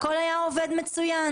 הכול היה עובד מצוין.